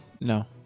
No